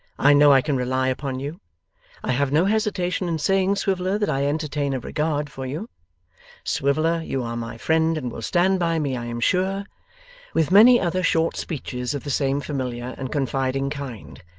i know i can rely upon you i have no hesitation in saying, swiveller, that i entertain a regard for you swiveller, you are my friend, and will stand by me i am sure with many other short speeches of the same familiar and confiding kind,